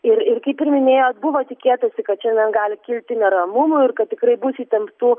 ir ir kaip ir minėjot buvo tikėtasi kad šiandien gali kilti neramumų ir kad tikrai bus įtemptų